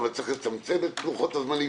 אבל צריך לצמצם את לוחות הזמנים,